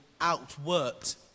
outworked